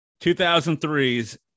2003's